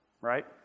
right